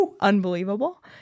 unbelievable